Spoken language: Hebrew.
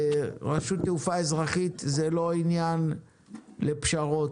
רשות תעופה אזרחית זה לא עניין לפשרות.